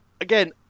again